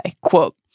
Quote